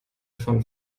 von